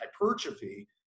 hypertrophy